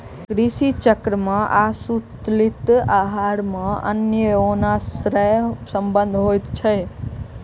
कृषि चक्र आसंतुलित आहार मे अन्योनाश्रय संबंध होइत छै